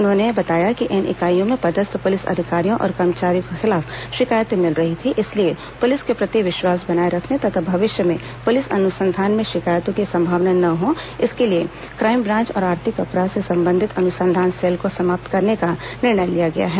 उन्होंने बताया कि इन इकाईयों में पदस्थ पुलिस अधिकारियों और कर्मचारियों के खिलाफ शिकायतें मिल रही थीं इसलिए पुलिस के प्रति विश्वास बनाए रखने तथा भविष्य में पुलिस अनुसंधान में शिकायतों की संभावना न हो इसके लिए क्राईम ब्रांच और आर्थिक अपराध से संबंधित अनुसंधान सेल को समाप्त करने का निर्णय लिया गया है